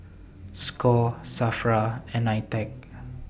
SCORE SAFRA and NITEC